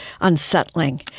unsettling